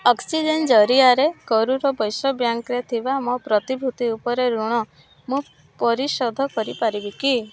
oxygen ଜରିଆରେ କରୂର ବୈଶ୍ୟ ବ୍ୟାଙ୍କରେ ଥିବା ମୋ ପ୍ରତିଭୂତି ଉପରେ ଋଣ ମୁଁ ପରିଶୋଧ କରିପାରିବି କି